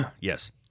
Yes